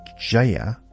Jaya